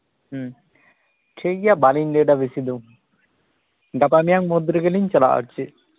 ᱴᱷᱤᱠᱜᱮᱭᱟ ᱵᱟᱹᱞᱤᱧ ᱞᱟᱹᱭᱫᱟ ᱵᱮᱥᱤ ᱫᱚ ᱜᱟᱯᱟ ᱢᱮᱭᱟᱝᱢᱩᱫ ᱨᱮᱜᱮᱞᱤᱧ ᱪᱟᱞᱟᱜᱼᱟ ᱟᱨ ᱪᱮᱫ